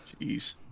jeez